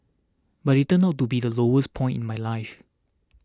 but it turned out to be the lowest point in my life